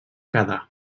quedar